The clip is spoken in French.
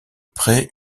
près